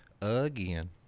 again